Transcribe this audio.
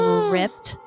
ripped